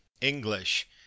English